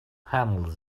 handle